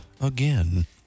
again